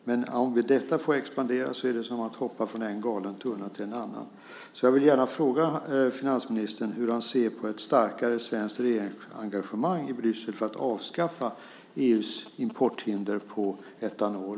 Om detta får expandera är det som att hoppa från en galen tunna till en annan. Jag vill gärna fråga finansministern hur han ser på ett starkare svenskt regeringsengagemang i Bryssel för att avskaffa EU:s importhinder för etanol.